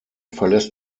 verlässt